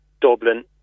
Dublin